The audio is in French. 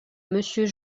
monsieur